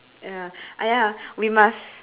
ya !aiya! we must